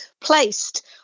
placed